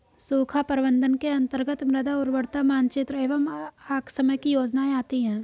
सूखा प्रबंधन के अंतर्गत मृदा उर्वरता मानचित्र एवं आकस्मिक योजनाएं आती है